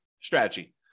strategy